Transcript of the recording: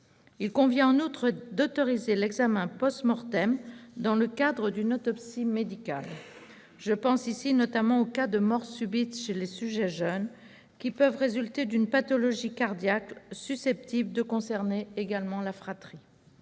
Il convient en outre d'autoriser l'examen dans le cadre d'une autopsie médicale : je pense ici notamment aux cas de mort subite chez des sujets jeunes, qui peuvent résulter d'une pathologie cardiaque susceptible de concerner également la fratrie.